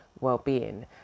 well-being